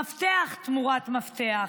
מפתח תמורת מפתח.